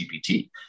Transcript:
gpt